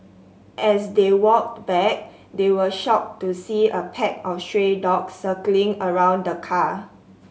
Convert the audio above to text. as they walked back they were shocked to see a pack of stray dogs circling around the car